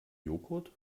joghurt